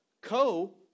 Co-